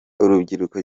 urubyiruko